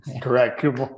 Correct